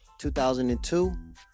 2002